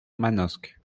manosque